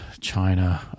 China